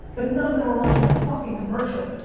but none of them are watching a fucking commercial.